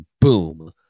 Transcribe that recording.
boom